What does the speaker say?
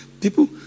People